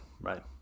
right